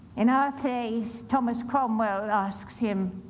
in our plays, thomas cromwell asks him